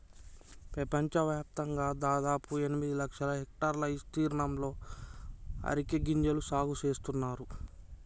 పెపంచవ్యాప్తంగా దాదాపు ఎనిమిది లక్షల హెక్టర్ల ఇస్తీర్ణంలో అరికె గింజల సాగు నేస్తున్నారు